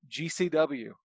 GCW